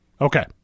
Okay